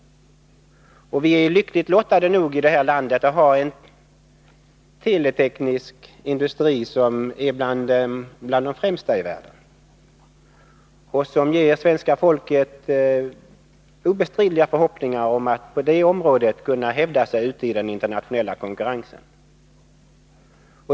Vi är lyckligt lottade i detta land som har en teleteknisk industri som är bland de främsta i världen, och det ger svenska folket obestridliga förhoppningar om att man skall kunna hävda sig i den internationella konkurrensen.